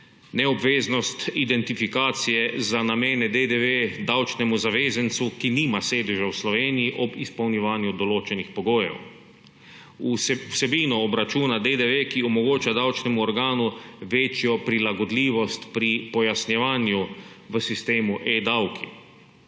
neobveznost identifikacije za namene DDV davčnemu zavezancu, ki nima sedeža v Sloveniji, ob izpolnjevanju določenih pogojev; vsebino obračuna DDV, ki omogoča davčnemu organu večjo prilagodljivost pri pojasnjevanju v sistemu e-davki;